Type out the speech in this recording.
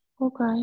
Okay